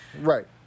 Right